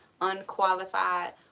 unqualified